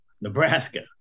Nebraska